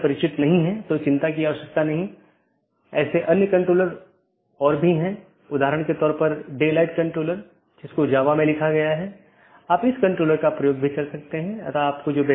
आज हमने जो चर्चा की है वह BGP रूटिंग प्रोटोकॉल की अलग अलग विशेषता यह कैसे परिभाषित किया जा सकता है कि कैसे पथ परिभाषित किया जाता है इत्यादि